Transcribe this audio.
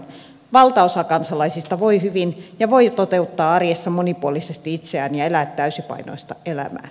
valtaosa kansalaisista voi hyvin ja voi toteuttaa arjessa monipuolisesti itseään ja elää täysipainoista elämää